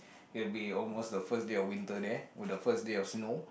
will be almost the first day of winter there with the first day of snow